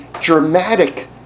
dramatic